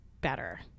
better